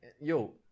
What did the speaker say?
Yo